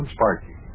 Sparky